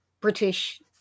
British